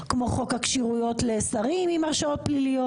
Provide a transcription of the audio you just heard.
כמו חוק הכשירויות לשרים עם הרשעות פליליות.